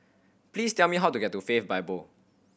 please tell me how to get to Faith Bible